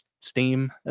Steam